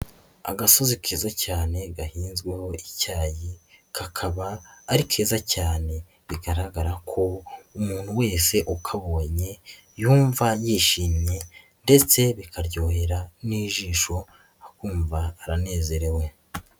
Agasozi keza cyane gahinzweho icyayi kakaba ari keza cyane bigaragara ko umuntu wese ukabonye yumva yishimye ndetse bikaryohera n'ijisho akumva aranezerewe.